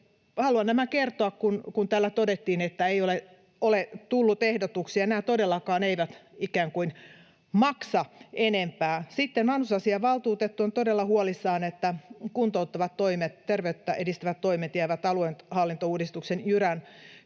Haluan nämä kertoa, kun täällä todettiin, että ei ole tullut ehdotuksia. Nämä todellakaan eivät ikään kuin maksa enempää. — Vanhusasiavaltuutettu on todella huolissaan, että kuntouttavat toimet ja terveyttä edistävät toimet jäävät aluehallintouudistuksen jyrän alle,